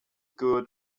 good